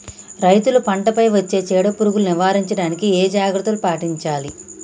రైతులు పంట పై వచ్చే చీడ పురుగులు నివారించడానికి ఏ జాగ్రత్తలు పాటించాలి?